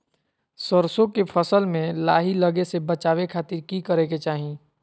सरसों के फसल में लाही लगे से बचावे खातिर की करे के चाही?